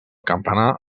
campanar